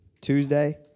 Tuesday